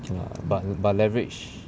okay lah but but leverage